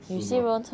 是吗